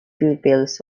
pupils